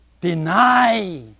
deny